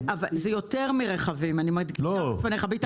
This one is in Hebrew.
זה יותר מרכבים, ואני מדגישה בפניך, ביטן.